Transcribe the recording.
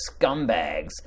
scumbags